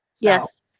yes